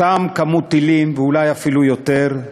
אותה כמות טילים, ואולי אפילו יותר,